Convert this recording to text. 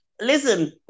Listen